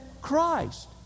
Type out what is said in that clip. Christ